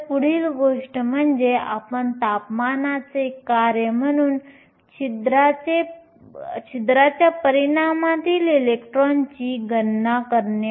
तर पुढील गोष्ट म्हणजे आपण तापमानाचे कार्य म्हणून छिद्रांच्या प्रमाणातील इलेक्ट्रॉनची गणना करणे